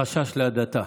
מחשש להדתה.